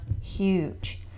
huge